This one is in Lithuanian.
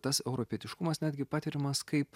tas europietiškumas netgi patiriamas kaip